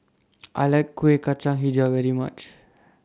I like Kueh Kacang Hijau very much